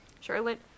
Charlotte